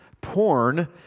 Porn